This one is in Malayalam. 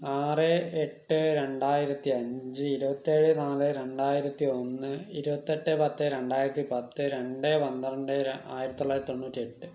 ആറ് എട്ട് രണ്ടായിരത്തി അഞ്ച് ഇരുപത്തേഴ് നാല് രണ്ടായിരത്തി ഒന്ന് ഇരുപത്തെട്ട് പത്ത് രണ്ടായിരത്തി പത്ത് രണ്ട് പന്ത്രണ്ട് ര ആയിരത്തി തൊള്ളായിരത്തി തൊണ്ണൂറ്റി എട്ട്